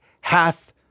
hath